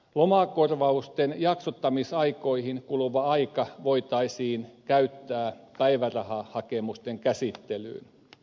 lomakorvausten jaksottamisaikoihin kuluva aika voitaisiin käyttää päivärahahakemusten käsittelyyn